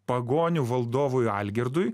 pagonių valdovui algirdui